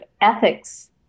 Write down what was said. ethics